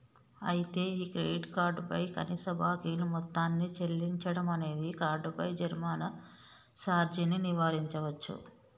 అయితే ఈ credit card పై కనీస బాకీలు మొత్తాన్ని చెల్లించడం అనేది కార్డుపై జరిమానా సార్జీని నివారించవచ్చు